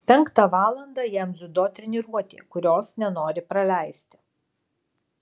penktą valandą jam dziudo treniruotė kurios nenori praleisti